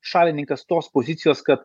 šalininkas tos pozicijos kad